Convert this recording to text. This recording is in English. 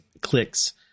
clicks